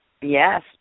Yes